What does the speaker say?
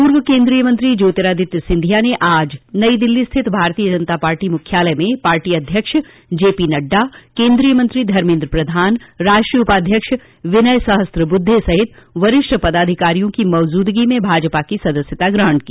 पूर्व केन्द्रीय मंत्री ज्योतिरादित्य सिंधिया ने आज नई दिल्ली स्थित भारतीय जनता पार्टी मुख्यालय में पार्टी अध्यक्ष जेपी नड़डा केन्द्रीय मंत्री धर्मेन्द्र प्रधान राष्ट्रीय उपाध्यक्ष विनय सहस्त्रबुद्धे सहित वरिष्ठ पदाधिकारियों की मौजदूगी में भाजपा की सदस्या ग्रहण की